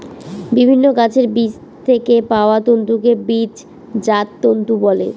বিভিন্ন গাছের বীজ থেকে পাওয়া তন্তুকে বীজজাত তন্তু বলে